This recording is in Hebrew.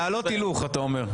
להעלות הילוך, אתה אומר.